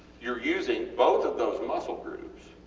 youre using both of those muscle groups